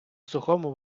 сухому